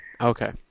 Okay